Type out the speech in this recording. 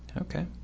okay